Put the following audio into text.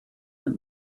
that